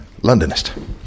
londonist